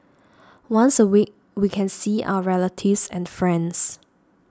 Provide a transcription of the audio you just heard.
once a week we can see our relatives and friends